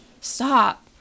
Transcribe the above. stop